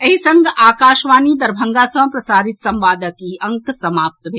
एहि संग आकाशवाणी दरभंगा सँ प्रसारित संवादक ई अंक समाप्त भेल